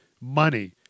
money